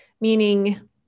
Meaning